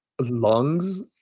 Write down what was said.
Lungs